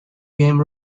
game